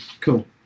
Cool